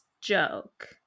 joke